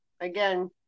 Again